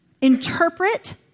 interpret